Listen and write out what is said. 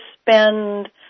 spend